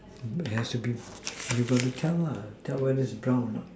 there has to be you got to tell tell whether it's brown or not